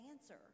answer